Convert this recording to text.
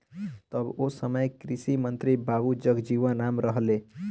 तब ओ समय कृषि मंत्री बाबू जगजीवन राम रहलें